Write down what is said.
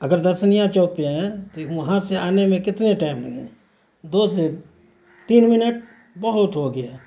اگر درسنیا چوک پہ ہیں تو وہاں سے آنے میں کتنے ٹائم لگیں گے دو سے تین منٹ بہت ہو گیا